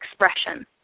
expression